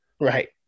Right